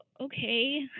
okay